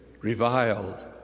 reviled